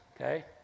okay